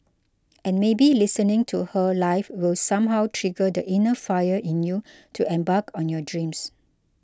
and maybe listening to her live will somehow trigger the inner fire in you to embark on your dreams